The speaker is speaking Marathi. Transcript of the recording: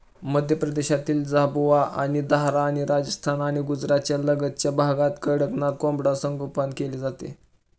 मध्य प्रदेशातील झाबुआ आणि धार आणि राजस्थान आणि गुजरातच्या लगतच्या भागात कडकनाथ कोंबडा संगोपन केले जाते